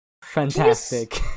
fantastic